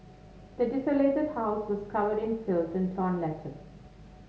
the desolated house was covered in filth and torn letters